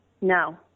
No